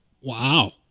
Wow